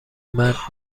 مرد